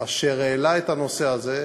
אשר העלה את הנושא הזה,